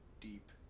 deep